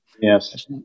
yes